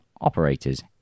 Operators